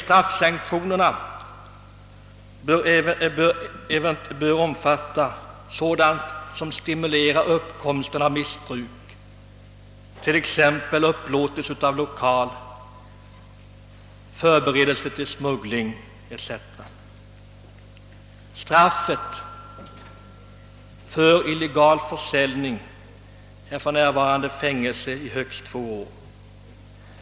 Straffsanktionerna bör även gälla sådana personer som stimulerar uppkomsten av missbruk, t.ex. upplåtelse av lokal och förberedelser till smuggling. Straffet för illegal försäljning är för närvarande fängelse i högst två år.